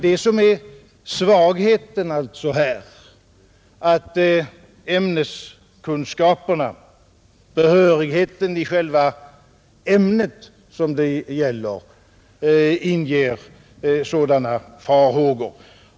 Det är svagheten här att ämneskunskaperna, behörigheten i själva ämnet, inger sådana farhågor.